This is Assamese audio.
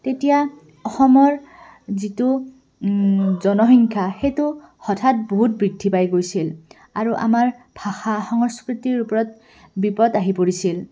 তেতিয়া অসমৰ যিটো জনসংখ্যা সেইটো হঠাৎ বহুত বৃদ্ধি পাই গৈছিল আৰু আমাৰ ভাষা সংস্কৃতিৰ ওপৰত বিপদ আহি পৰিছিল